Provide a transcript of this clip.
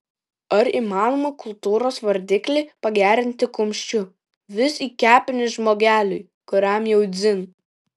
ar įmanoma kultūros vardiklį pagerinti kumščiu vis į kepenis žmogeliui kuriam jau dzin